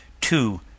two